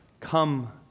Come